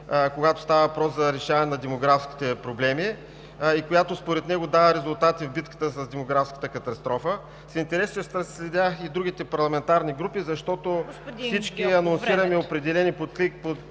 когато става въпрос за решаване на демографските проблеми и която според него дава резултати в битката с демографската катастрофа. С интерес ще следя и другите парламентарни групи, защото… ПРЕДСЕДАТЕЛ ЦВЕТА